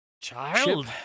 child